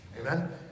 Amen